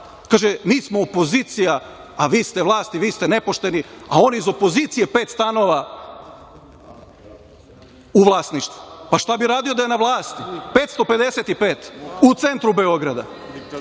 Kaže – mi smo opozicija, a vi ste vlast, vi ste nepošteni, a oni iz opozicije pet stanova u vlasništvu. Šta bi radio da je na vlasti, 555, u centru Beograda,